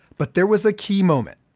but there was a key moment.